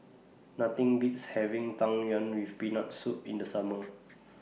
Nothing Beats having Tang Yuen with Peanut Soup in The Summer